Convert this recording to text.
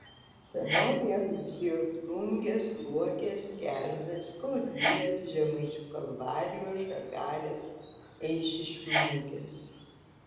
senovėje garsėjo plungės luokės kelmės skaudvilės žemaičių kalvarijos žagarės eišiškių mugės